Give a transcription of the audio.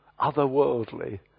otherworldly